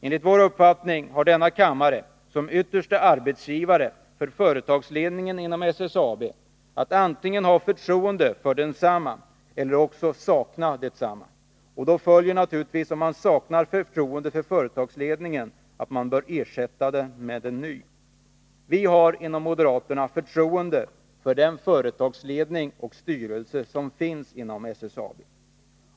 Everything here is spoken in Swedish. Enligt vår uppfattning har denna kammare som yttersta arbetsgivare för företagsledningen inom SSAB att antingen ha förtroende för denna företagsledning eller också sakna förtroende för densamma. Om man saknar förtroende för företagsledningen följer naturligtvis därav att man bör ersätta den med en ny. Vi inom moderata samlingspartiet har förtroende för den företagsledning och styrelse som finns inom SSAB.